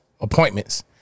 appointments